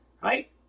right